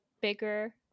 bigger